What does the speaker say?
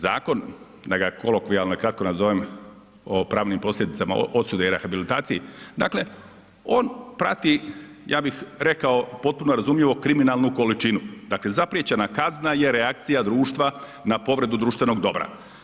Zakon, da ga kolokvijalno i kratko nazovem o pravnim posljedicama osude i rehabilitaciji, dakle on prati ja bih rekao potpuno razumljivo kriminalnu količinu, dakle zapriječena kazna je reakcija društva na povredu društvenog dobra.